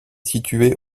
situé